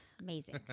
amazing